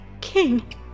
King